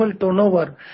turnover